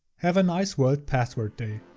have nice world password day.